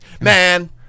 man